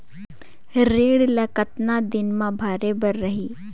ऋण ला कतना दिन मा भरे बर रही?